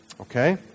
Okay